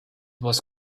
was